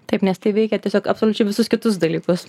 taip nes tai veikia tiesiog absoliučiai visus kitus dalykus